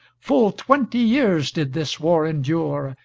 full twenty years did this war endure,